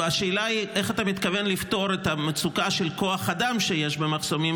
איך אתה מתכוון לפתור את המצוקה של כוח אדם שיש במחסומים?